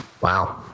wow